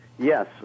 Yes